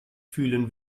fühlen